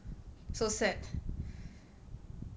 so sad